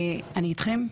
אבל אני איתכם,